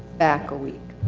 back a week.